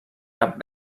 cap